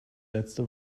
letzte